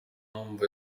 mpamvu